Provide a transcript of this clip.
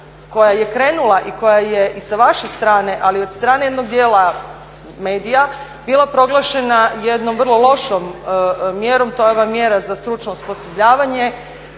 koja je krenula i koja je i sa vaše strane, ali i od strane jednog dijela medija bila proglašena jednom vrlo lošom mjerom, to je ova mjera za stručno osposobljavanje.